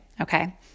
okay